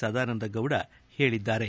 ಸದಾನಂದ ಗೌಡ ಹೇಳಿದ್ದಾರೆ